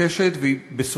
היא הצעה מתבקשת,